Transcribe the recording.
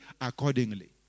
accordingly